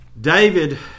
david